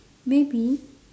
maybe